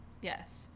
Yes